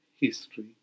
history